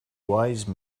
wise